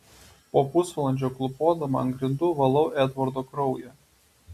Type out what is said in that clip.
po pusvalandžio klūpodama ant grindų valau edvardo kraują